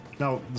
Now